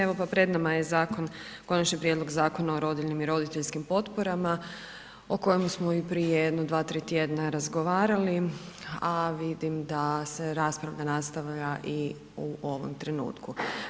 Evo pa pred nama je Konačni prijedlog Zakona o rodiljnim i roditeljskim potporama o kojima smo i prije jedno 2, 3 tj. razgovarali a vidim da se raspravlja nastavlja i u ovom trenutku.